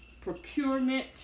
procurement